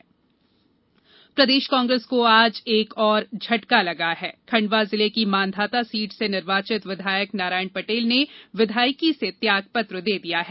त्यागपत्र विघायक प्रदेश कांग्रेस को आज एक और झटका लगा है खंडवा जिले की मांधाता सीट से निर्वाचित विधायक नारायण पटेल ने विधायकी से त्याग पत्र दे दिया है